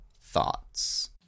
thoughts